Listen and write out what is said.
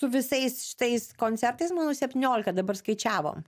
su visais šitais koncertais mano septyniolika dabar skaičiavom